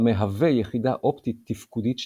המהווה יחידה אופטית-תפקודית שלמה,